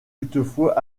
toutefois